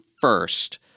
first